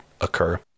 occur